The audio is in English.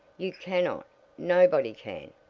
you cannot nobody can.